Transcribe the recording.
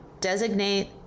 Designate